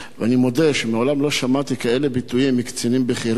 ואני מודה שמעולם לא שמעתי כאלה ביטויים מקצינים בכירים,